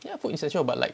ya food essential but like